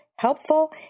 helpful